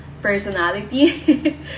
personality